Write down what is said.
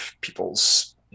people's